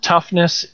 Toughness